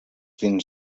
dins